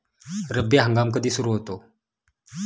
रब्बी हंगाम कधी सुरू होतो?